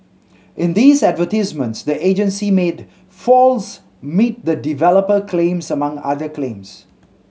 in these advertisements the agency made false meet the developer claims among other claims